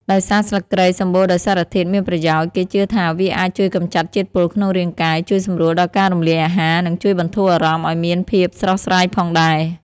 ដោយសារស្លឹកគ្រៃសម្បូរដោយសារធាតុមានប្រយោជន៍ គេជឿថាវាអាចជួយកម្ចាត់ជាតិពុលក្នុងរាងកាយ ជួយសម្រួលដល់ការរំលាយអាហារ និងជួយបន្ធូរអារម្មណ៍ឲ្យមានភាពស្រស់ស្រាយផងដែរ។